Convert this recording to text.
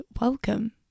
welcome